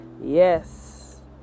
Yes